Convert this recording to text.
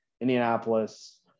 Indianapolis